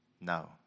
No